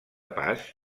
pas